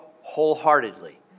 wholeheartedly